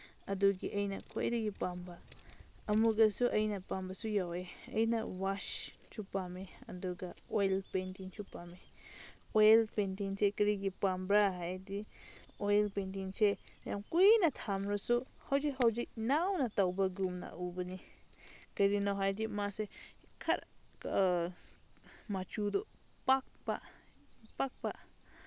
ꯑꯗꯨꯒꯤ ꯑꯩꯅ ꯈ꯭ꯋꯥꯏꯗꯒꯤ ꯄꯥꯝꯕ ꯑꯃꯛꯀꯁꯨ ꯑꯩꯅ ꯄꯥꯝꯕꯁꯨ ꯌꯥꯎꯏ ꯑꯩꯅ ꯋꯥꯁꯁꯨ ꯄꯥꯝꯃꯦ ꯑꯗꯨꯒ ꯑꯣꯏꯜ ꯄꯦꯟꯇꯤꯡꯁꯨ ꯄꯥꯝꯃꯦ ꯑꯣꯏꯜ ꯄꯦꯟꯇꯤꯡꯁꯦ ꯀꯔꯤꯒꯤ ꯄꯥꯝꯕ꯭ꯔ ꯍꯥꯏꯔꯗꯤ ꯑꯣꯏꯜ ꯄꯦꯟꯇꯤꯡꯁꯦ ꯌꯥꯝ ꯀꯨꯏꯅ ꯊꯝꯃꯁꯨ ꯍꯧꯖꯤꯛ ꯍꯧꯖꯤꯛ ꯅꯧꯅ ꯇꯧꯕꯒꯨꯝꯅ ꯎꯕꯅꯤ ꯀꯔꯤꯅꯣ ꯍꯥꯏꯔꯗꯤ ꯃꯥꯁꯦ ꯃꯆꯨꯗꯣ ꯄꯥꯛꯄ ꯄꯥꯛꯄ